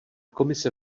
komise